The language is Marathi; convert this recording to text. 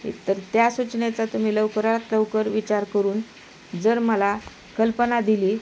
तर त्या सूचनेचा तुम्ही लवकरात लवकर विचार करून जर मला कल्पना दिली